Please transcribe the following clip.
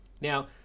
Now